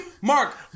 Mark